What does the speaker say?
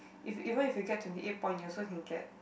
if even if you get twenty eight point you also can get